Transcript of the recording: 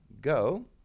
Go